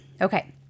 Okay